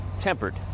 tempered